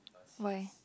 why